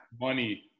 money